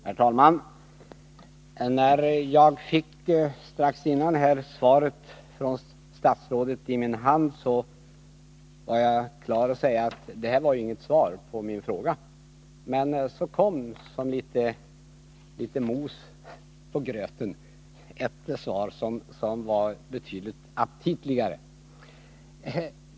Herr talman! När jag för några minuter sedan fick det skrivna svaret från statsrådet i min hand, var jag klar att säga att det här var ju inget svar på min fråga. Men sedan kom — som litet mos på gröten — ett muntligt tillägg som var betydligt aptitligare.